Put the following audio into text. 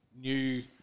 new